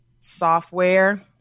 software